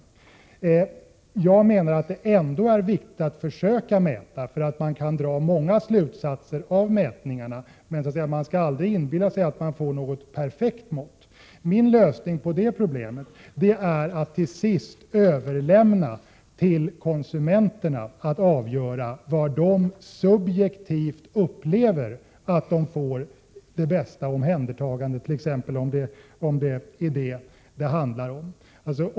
Ändå anser jag det alltså viktigt att försöka mäta. Man kan nämligen dra många slutsatser av mätningarna, även om de inte är perfekta. Mitt förslag till lösning på problemet med mätmetoderna är att i högre grad överlåta på konsumenterna att avgöra var den bästa servicen produceras.